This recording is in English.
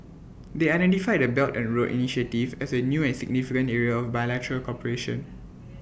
they identified the belt and road initiative as A new and significant area bilateral cooperation